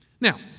Now